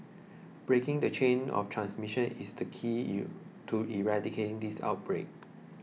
breaking the chain of transmission is the key U to eradicating this outbreak